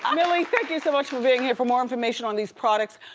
um milly, thank you so much for being here. for more information on these products,